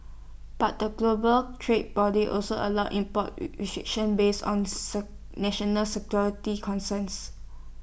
but the global trade body also allows import restrictions based on national security concerns